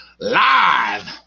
live